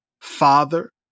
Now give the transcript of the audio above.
father